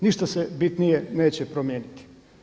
Ništa se bitnije neće promijeniti.